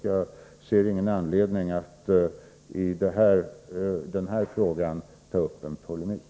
Jag ser ingen anledning att i den här frågan ta upp en polemik.